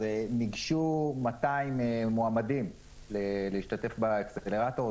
ניגשו 200 מועמדים להשתתף בaccelerator-.